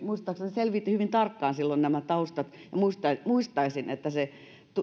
selvitin hyvin tarkkaan silloin nämä taustat ja muistaisin että se